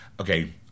okay